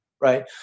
right